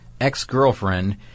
ex-girlfriend